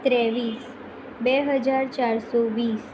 ત્રેવીસ બે હજાર ચારસો વીસ